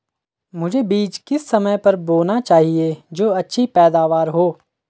मुझे बीज किस समय पर बोना चाहिए जो अच्छी पैदावार हो?